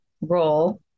role